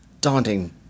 daunting